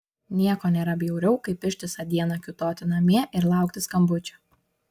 nieko nėra bjauriau kaip ištisą dieną kiūtoti namie ir laukti skambučio